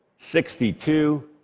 sixty-two.